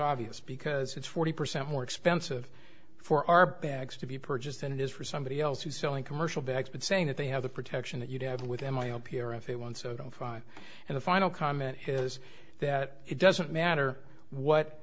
obvious because it's forty percent more expensive for our bags to be purchased than it is recently else who's selling commercial bags but saying that they have the protection that you have with m i up here if they want so don't try and the final comment is that it doesn't matter what